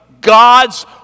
God's